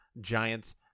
Giants